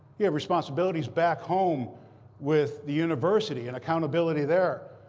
you have responsibilities back home with the university and accountability there.